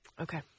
Okay